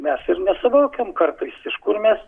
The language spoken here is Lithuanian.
mes ir nesuvokiam kartais iš kur mes